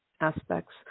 aspects